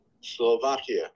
Slovakia